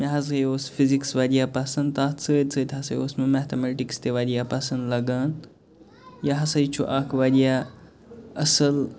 مےٚ حظ اوس فِزِکٕس واریاہ پسنٛد تَتھ سۭتۍ سۭتۍ ہسا اوس مےٚ میتھامیٹِکِس تہِ واریاہ پسنٛد لَگان یہِ ہسا چھُ اَکھ واریاہ اَصٕل